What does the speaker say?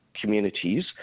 communities